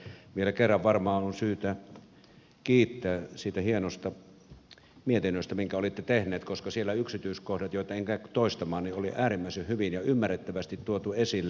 se on hyvä asia ja vielä kerran on varmaan syytä kiittää siitä hienosta mietinnöstä minkä olitte tehneet koska siellä yksityiskohdat joita en käy toistamaan oli äärimmäisen hyvin ja ymmärrettävästi tuotu esille